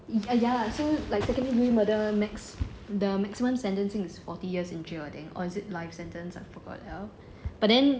ya so like second degree murder max the maximum sentencing is like forty years in jail I think or is it life sentence I forgot but then